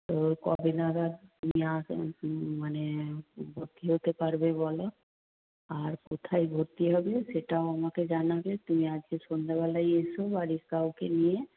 তো কবে নাগাদ নিয়ে আসে মানে ফেলতে পারবে বলো আর কোথায় ভর্তি হবে সেটাও আমাকে জানাবে তুমি আজকে সন্ধেবেলায় এসো বাড়ির কাউকে নিয়ে